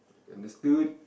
understood